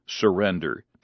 surrender